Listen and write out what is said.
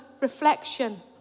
reflection